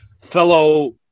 fellow